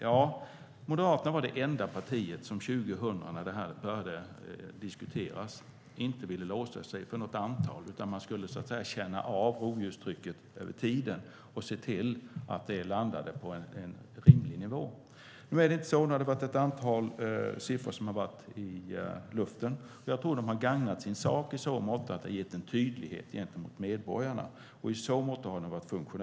När det här började diskuteras år 2000 var Moderaterna det enda parti som inte ville låsa sig vid något antal, utan ville att man skulle känna av rovdjurstrycket över tid och se till att det landade på en rimlig nivå. Nu är det inte så. Ett antal siffror har varit i luften. Jag tror att de har gagnat sin sak i så motto att det har gett en tydlighet gentemot medborgarna.